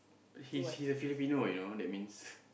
he's he's a Filipino you know that means